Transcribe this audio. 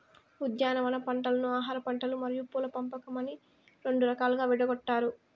ఉద్యానవన పంటలను ఆహారపంటలు మరియు పూల పంపకం అని రెండు రకాలుగా విడగొట్టారు